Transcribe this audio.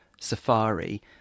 Safari